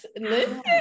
listen